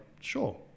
sure